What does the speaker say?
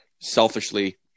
Selfishly